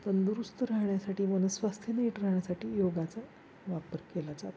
तंदुरुस्त राहण्यासाठी मन स्वास्थ्य नीट राहण्यासाठी योगाचा वापर केला जातो